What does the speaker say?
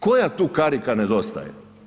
Koja tu karika nedostaje?